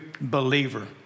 believer